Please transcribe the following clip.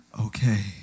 Okay